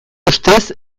ustez